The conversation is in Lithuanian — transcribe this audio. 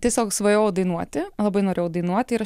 tiesiog svajojau dainuoti labai norėjau dainuoti ir